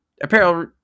apparel